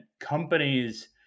companies